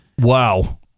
Wow